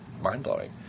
mind-blowing